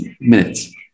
minutes